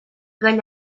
gall